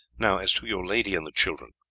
now as to your lady and the children,